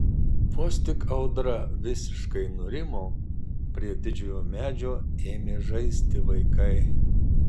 vos tik audra visiškai nurimo prie didžiojo medžio ėmė žaisti vaikai